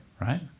right